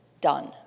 Done